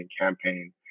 campaign